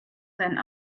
sent